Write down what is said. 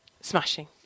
smashing